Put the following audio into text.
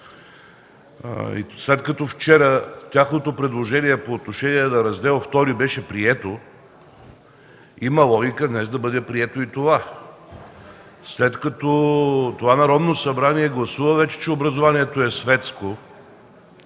след като вчера тяхното предложение по отношение на Раздел ІІ беше прието? Има логика днес да бъде прието и това. След като това Народно събрание гласува вече, че образованието е светско,